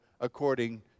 according